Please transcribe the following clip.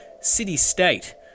city-state